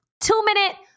two-minute